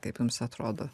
kaip jums atrodo